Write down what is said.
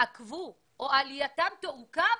יתעכבו או עלייתם תעוכב